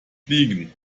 fliegen